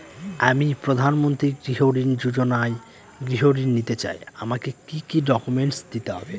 আমি প্রধানমন্ত্রী গৃহ ঋণ যোজনায় গৃহ ঋণ নিতে চাই আমাকে কি কি ডকুমেন্টস দিতে হবে?